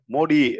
Modi